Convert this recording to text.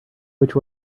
which